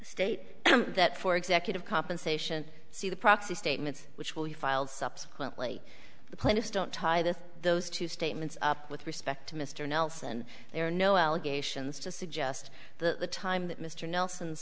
state that for executive compensation see the proxy statements which will be filed subsequently the plaintiffs don't tie this those two statements up with respect to mr nelson there are no allegations to suggest the time that mr nelson